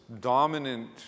dominant